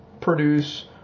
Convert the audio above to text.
produce